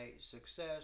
success